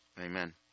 Amen